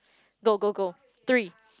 go go go three